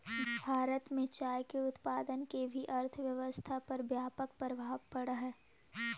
भारत में चाय के उत्पादन के भी अर्थव्यवस्था पर व्यापक प्रभाव पड़ऽ हइ